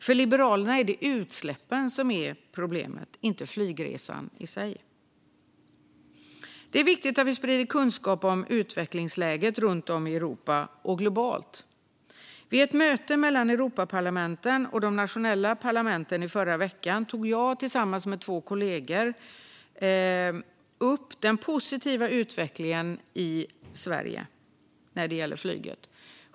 För Liberalerna är det utsläppen som är problemet, inte flygresan i sig. Det är viktigt att vi sprider kunskap om utvecklingsläget runt om i Europa och globalt. Vid ett möte mellan Europaparlamentet och de nationella parlamenten i förra veckan tog jag tillsammans med två kollegor upp den positiva utvecklingen i Sverige när det gäller flyget.